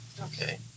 Okay